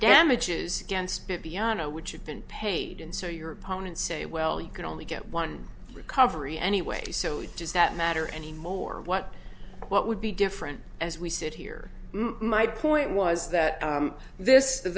damages against bibiana which had been paid in so your opponent say well you can only get one recovery anyway so does that matter anymore what what would be different as we sit here my point was that this is